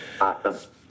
Awesome